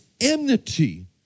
enmity